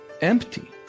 empty